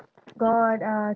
got uh